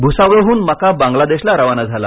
भूसावळहून मका बांगलादेशला रवाना झाला